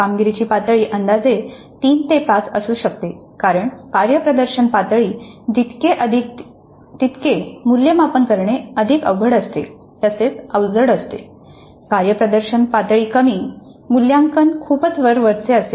कामगिरीची पातळी अंदाजे 3 ते 5 असू शकते कारण कार्यप्रदर्शन पातळी जितके अधिक तितके मूल्यांकन करणे अधिक अवघड असते तसेच अवजड असते कार्यप्रदर्शन पातळी कमी मूल्यांकन खूपच वरवरचे असेल